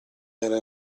era